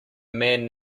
man